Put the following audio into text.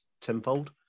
tenfold